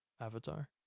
avatar